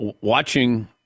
watching